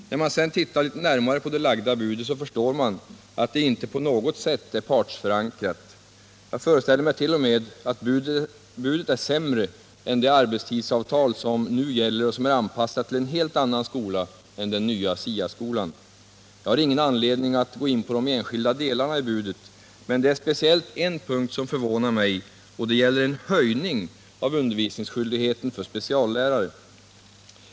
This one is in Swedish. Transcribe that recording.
När man sedan tittar litet närmare på det framlagda budet förstår man att det inte på något sätt är partsförankrat. Jag föreställer mig t.o.m. att budet är sämre än det arbetstidsavtal som nu gäller och som är anpassat till en helt annan skola än den nya SIA-skolan. Jag har ingen anledning att gå in på de enskilda delarna i budet, men det är speciellt en punkt som förvånar mig, och det är förslaget om en höjning av undervisningsskyldigheten för speciallärare.